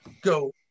go